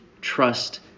trust